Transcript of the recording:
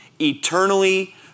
Eternally